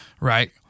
right